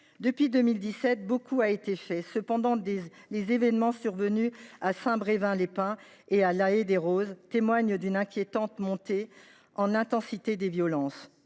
Depuis 2017, beaucoup a été fait. Cependant, les événements survenus à Saint Brevin les Pins et à L’Haÿ les Roses témoignent d’une inquiétante intensification des violences.